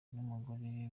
n’umugore